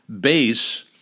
base